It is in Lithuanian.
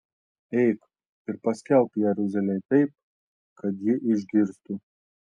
eik ir paskelbk jeruzalei taip kad ji išgirstų